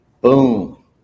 Boom